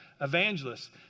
Evangelists